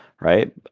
right